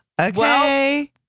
Okay